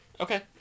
Okay